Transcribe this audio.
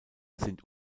sind